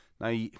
Now